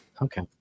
Okay